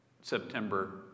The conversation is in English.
September